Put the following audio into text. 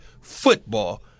football